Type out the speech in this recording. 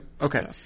Okay